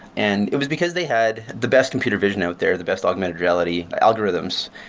and it was because they had the best computer vision out there, the best augmented reality algorithms.